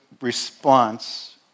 response